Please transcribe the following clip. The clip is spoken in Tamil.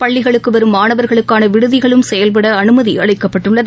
பள்ளிகளுக்குவரும் மாணவர்களுக்கானவிடுதிகளும் செயல்படஅமைதிஅளிக்கப்பட்டுள்ளது